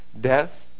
death